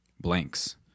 blanks